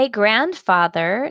grandfather